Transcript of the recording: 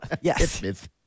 yes